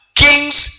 king's